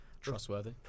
Trustworthy